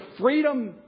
freedom